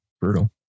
Brutal